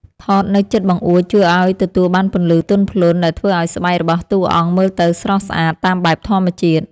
ថតនៅជិតបង្អួចជួយឱ្យទទួលបានពន្លឺទន់ភ្លន់ដែលធ្វើឱ្យស្បែករបស់តួអង្គមើលទៅស្រស់ស្អាតតាមបែបធម្មជាតិ។